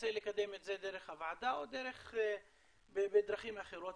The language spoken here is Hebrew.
ננסה לקדם את זה דרך הוועדה או בדרכים אחרות